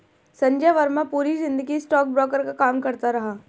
संजय वर्मा पूरी जिंदगी स्टॉकब्रोकर का काम करता रहा